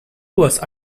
was